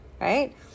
right